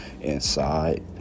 inside